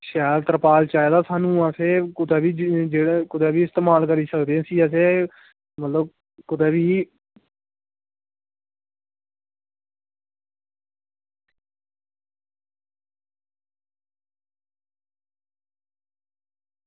शैल तरपाल चाहिदा सानूं असें जेह्ड़े कुदै बी इस्तेमाल करी सकदे अस कुदै मतलब कुदै बी